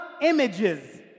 images